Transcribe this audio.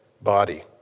body